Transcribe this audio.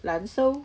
难受